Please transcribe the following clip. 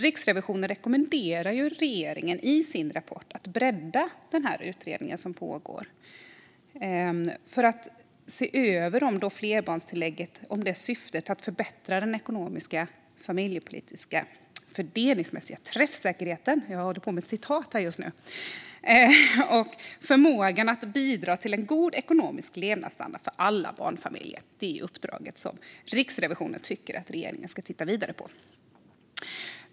Riksrevisionen rekommenderar i sin rapport regeringen att bredda den utredning som pågår till att se över flerbarnstillägget med syfte att förbättra den ekonomiska familjepolitikens fördelningsmässiga träffsäkerhet och förmåga att bidra till en god ekonomisk levnadsstandard för alla barnfamiljer. Det är det uppdrag som Riksrevisionen tycker att regeringen ska titta vidare på.